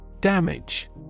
Damage